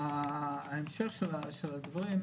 שאלה שנייה,